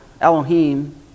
Elohim